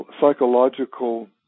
psychological